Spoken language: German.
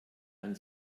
ein